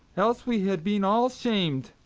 else we had been all shamed.